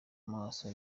maso